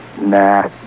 Nah